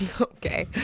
Okay